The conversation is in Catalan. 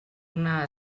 una